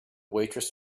waitress